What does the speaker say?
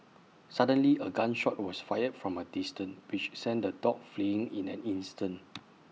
suddenly A gun shot was fired from A distance which sent the dogs fleeing in an instant